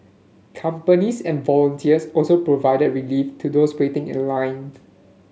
companies and volunteers also provided relief to those waiting in line